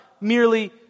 merely